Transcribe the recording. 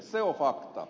se on fakta